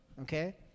okay